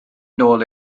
nôl